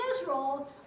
Israel